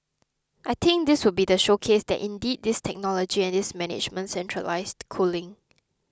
I think this would be the showcase that indeed this technology and this management centralised cooling